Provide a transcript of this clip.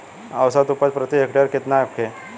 औसत उपज प्रति हेक्टेयर केतना होखे?